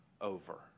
over